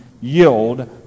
yield